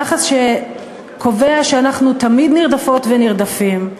יחס שקובע שאנחנו תמיד נרדפות ונרדפים,